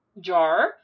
jar